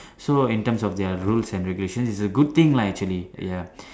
so in terms of their rules and regulation it's a good thing lah actually ya